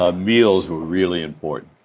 ah meals were really important.